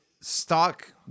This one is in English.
stock –